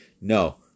No